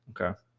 Okay